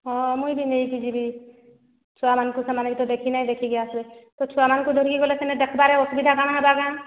ହଁ ମୁଇଁ ବି ନେଇକି ଯିବି ଛୁଆ ମାନଙ୍କୁ ସେମାନେ ବି ଦେଖିନାହିଁ ଦେଖିକି ଆସିବେ ଛୁଆ ମାନଙ୍କୁ ଧରିକି ଗଲେ ଦେଖିବାର ଅସୁବିଧା କାଣା ହେବା କାଁ